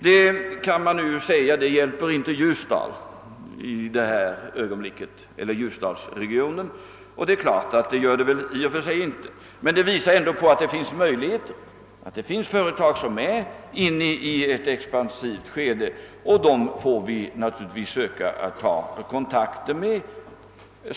Det hjälper inte ljusdalsregionen i detta ögonblick, kan man invända. Givetvis gör det i och för sig inte det, men det visar ändå att det finns möjligheter, att det finns företag som är inne i ett expansivt skede. Dem får vi naturligtvis söka ta kontakter med.